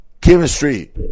chemistry